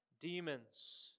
demons